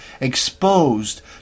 exposed